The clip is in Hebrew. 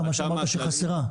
הממשלה; מה שאמרת שחסר.